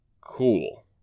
Cool